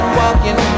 walking